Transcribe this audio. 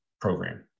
program